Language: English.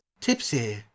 Tipsy